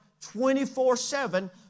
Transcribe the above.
24-7